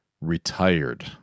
retired